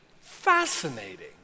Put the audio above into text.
Fascinating